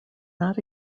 not